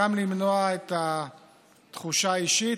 גם למנוע את התחושה האישית,